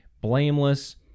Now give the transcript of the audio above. blameless